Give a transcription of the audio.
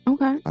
Okay